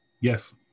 Yes